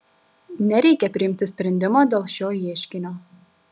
nereikia priimti sprendimo dėl šio ieškinio